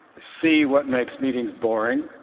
see what makes meetings boring,